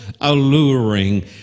alluring